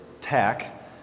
tack